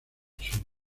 asunto